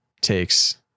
takes